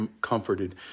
comforted